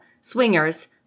swingers